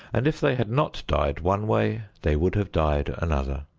and if they had not died one way, they would have died another.